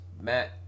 Matt